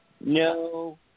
No